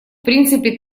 принципе